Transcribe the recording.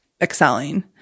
excelling